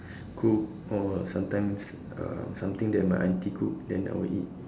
cook or sometimes uh something that my aunty cook then I will eat